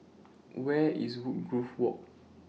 Where IS Woodgrove Walk